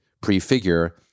prefigure